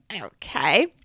Okay